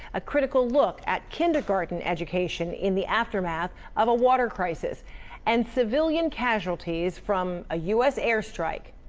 a critical look at kindergarten education in the aftermath of a water crisis and civilian casualties from a us air strike.